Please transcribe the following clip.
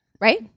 right